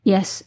Yes